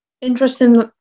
interesting